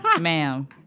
ma'am